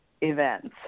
events